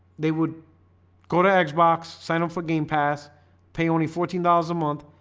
they would go to xbox sign up for game pass pay only fourteen dollars a month.